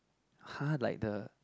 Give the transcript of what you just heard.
[huh] like the